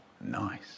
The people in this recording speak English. Nice